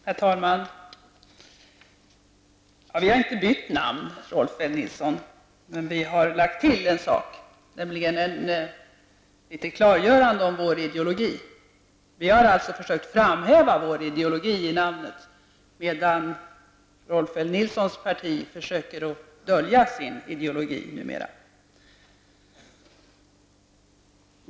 Herr talman! Vi har inte bytt namn, Rolf L Nilsson. Vi har till namnet lagt ett ord som klargör vår ideologi. Vi har alltså försökt framhäva vår ideologi i namnet, medan Rolf L Nilssons parti numera försöker dölja sin ideologi.